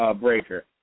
breaker